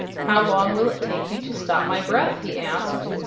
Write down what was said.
how long will it take you to stop my breath? he asked.